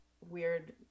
weird